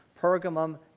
Pergamum